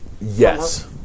Yes